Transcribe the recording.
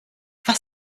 was